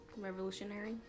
Revolutionary